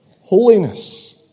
Holiness